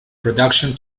production